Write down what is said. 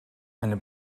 eine